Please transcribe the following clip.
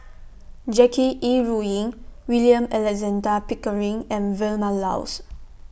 Jackie Yi Ru Ying William Alexander Pickering and Vilma Laus